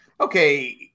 okay